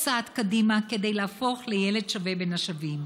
צעד קדימה כדי להפוך לילד שווה בין השווים.